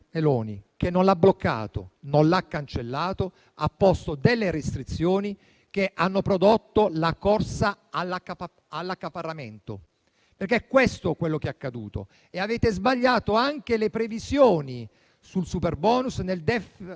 che non l'ha bloccato, non l'ha cancellato, ma ha posto delle restrizioni che hanno prodotto la corsa all'accaparramento. Questo è quello che è accaduto. Avete sbagliato inoltre le previsioni sul superbonus nel DEF